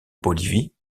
bolivie